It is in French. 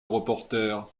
reporter